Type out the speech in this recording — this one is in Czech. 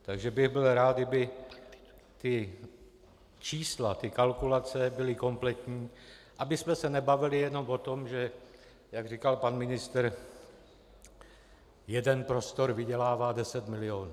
Takže bych byl rád, kdyby čísla, kalkulace byly kompletní, abychom se nebavili jenom o tom, že jak říkal pan ministr, jeden prostor vydělává deset milionů.